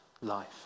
life